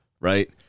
right